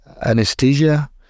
anesthesia